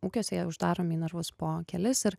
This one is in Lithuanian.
ūkiuose jie uždaromi į narvus po kelis ir